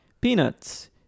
Peanuts